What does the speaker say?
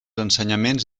ensenyaments